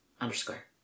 underscore